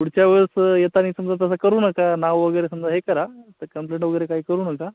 पुढच्या वेळेस येताना समजा तसं करू नका नाव वगैरे समजा हे करा तर कंप्लेंट वगैरे काय करू नका